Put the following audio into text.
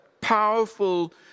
powerful